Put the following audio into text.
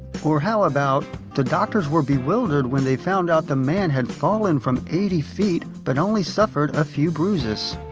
or, how about the doctors were bewildered when they found out the man had fallen from eighty feet but only suffered a few bruises.